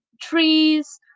trees